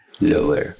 Lower